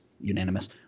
unanimous